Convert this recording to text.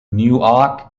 newark